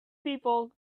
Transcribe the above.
people